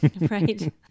Right